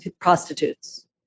prostitutes